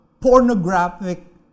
pornographic